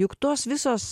juk tos visos